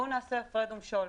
בואו נעשה הפרד ומשול.